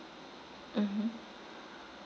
mmhmm